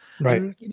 Right